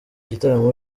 gitaramo